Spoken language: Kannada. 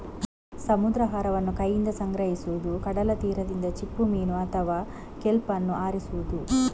ಸಮುದ್ರಾಹಾರವನ್ನು ಕೈಯಿಂದ ಸಂಗ್ರಹಿಸುವುದು, ಕಡಲ ತೀರದಿಂದ ಚಿಪ್ಪುಮೀನು ಅಥವಾ ಕೆಲ್ಪ್ ಅನ್ನು ಆರಿಸುವುದು